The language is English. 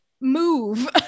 move